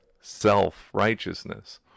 self-righteousness